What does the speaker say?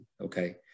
okay